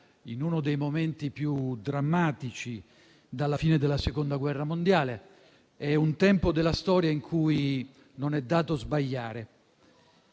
in uno dei momenti più drammatici dalla fine della Seconda guerra mondiale: è un tempo della storia in cui non è dato sbagliare;